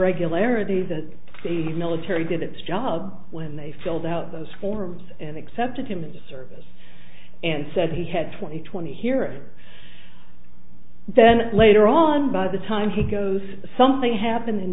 regularity that the military did its job when they filled out those forms and accepted him into service and said he had twenty twenty here then later on by the time he goes something happened in